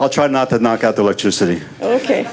i'll try not to knock out the electricity ok